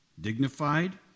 dignified